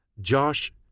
Josh